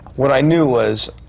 what i knew was,